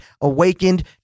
awakened